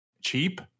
cheap